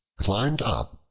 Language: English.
climbed up,